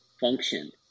function